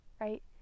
right